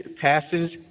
passes